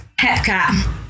Hepcat